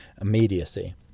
immediacy